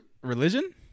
Religion